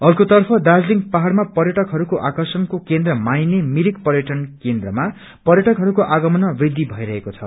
अर्कोतर्फ दार्जीलिङ पहाड़मा पर्यटकहरूको आकर्षणको केन्द्र मानिने मिरिक पर्यटन केन्द्रमा पर्यटकहरूको आगमानमा वृद्धि भई रहेको छ